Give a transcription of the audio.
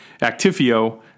Actifio